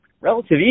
relative